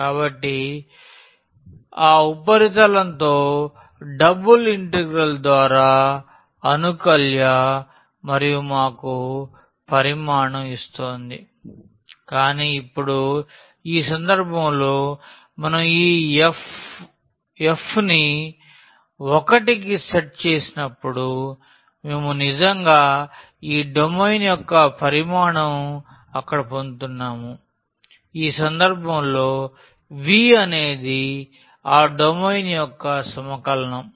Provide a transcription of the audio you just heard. కాబట్టి ఆ ఉపరితలంతో డబుల్ ఇంటిగ్రల్ ద్వారా అనుకల్య మరియు మాకు పరిమాణం ఇస్తోంది కానీ ఇప్పుడు ఈ సందర్భంలో మనం ఈ f ని 1 కి సెట్ చేసినప్పుడు మేము నిజంగా ఈ డొమైన్ యొక్క పరిమాణం అక్కడ పొందుతున్నాము ఈ సందర్భంలో v అనేది ఆ డొమైన్ యొక్క సమకలనం